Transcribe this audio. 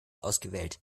ausgewählt